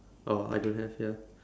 oh I don't have ya